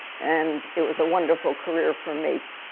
and it was a wonderful career for me.